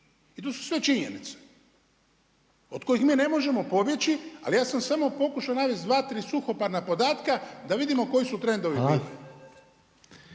I to su sve činjenice od kojih mi ne možemo pobjeći ali ja sam samo pokušao navesti 2, 3 suhoparna podatka da vidimo koji su trendovi